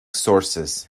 sources